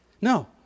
No